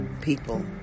people